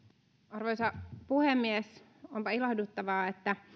arvoisa puhemies onpa ilahduttavaa että